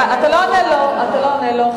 הוא קיצץ את תקציבי האוצר, אתה לא עונה לו.